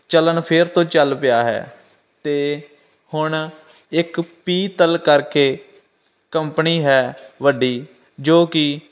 ਚਲਣ ਫਿਰ ਤੋਂ ਚੱਲ ਪਿਆ ਹੈ ਅਤੇ ਹੁਣ ਇੱਕ ਪੀਤਲ ਕਰਕੇ ਕੰਪਨੀ ਹੈ ਵੱਡੀ ਜੋ ਕਿ